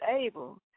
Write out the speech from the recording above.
able